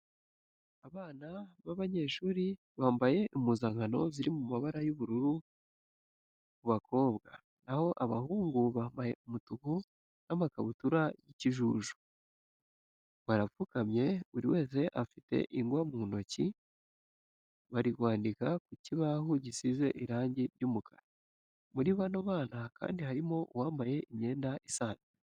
Abana b'abanyeshuri bambaye impuzankano ziri mu ibara ry'ubururu ku bakobwa, na ho abahungu bambaye umutuku n'amakabutura y'ikijuju. Barapfukamye buri wese afite ingwa mu ntoki bari kwandika ku kibaho gisize irangi ry'umukara. Muri bano bana kandi harimo uwambaye imyenda isanzwe.